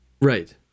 Right